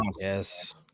Yes